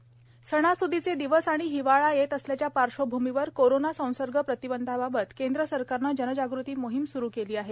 पंतप्रधान सणास्दीचे दिवस आणि हिवाळा येत असल्याच्या पार्श्वभूमीवर कोरोना संसर्ग प्रतिबंधांबाबत केंद्र सरकारनं जनजागृती मोहीम स्रू केली आहे